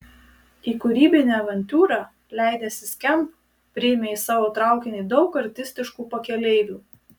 į kūrybinę avantiūrą leidęsi skamp priėmė į savo traukinį daug artistiškų pakeleivių